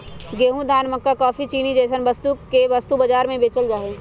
गेंहूं, धान, मक्का काफी, चीनी जैसन वस्तु के वस्तु बाजार में बेचल जा हई